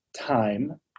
time